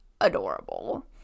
adorable